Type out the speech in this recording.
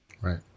Right